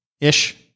ish